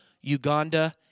Uganda